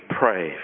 pray